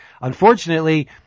Unfortunately